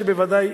שבוודאי,